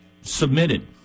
submitted